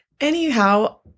Anyhow